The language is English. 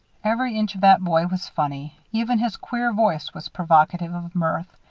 every inch of that boy was funny. even his queer voice was provocative of mirth.